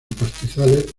pastizales